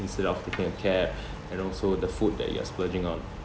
instead of taking a cab and also the food that you are splurging on